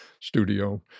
studio